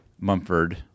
Mumford